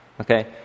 okay